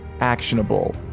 actionable